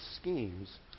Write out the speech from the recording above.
schemes